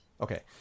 Okay